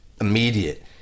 immediate